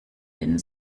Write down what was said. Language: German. den